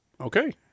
Okay